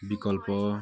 विकल्प